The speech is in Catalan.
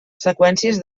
seqüències